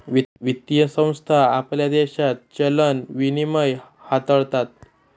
वित्तीय संस्था आपल्या देशात चलन विनिमय हाताळतात